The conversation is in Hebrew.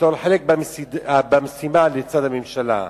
תיטול חלק במשימה לצד הממשלה.